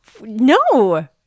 No